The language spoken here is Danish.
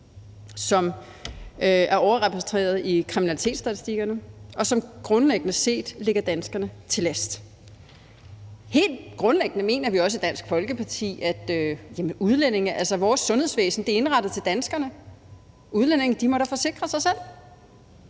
som er overrepræsenteret i kriminalitetsstatistikkerne, og som grundlæggende set ligger danskerne til last. Helt grundlæggende mener vi også i Dansk Folkeparti, at vores sundhedsvæsen er indrettet til danskerne. Udlændinge må da forsikre sig selv.